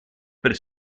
per